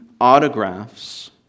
autographs